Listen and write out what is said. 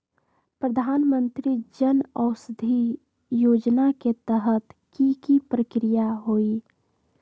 प्रधानमंत्री जन औषधि योजना के तहत की की प्रक्रिया होई?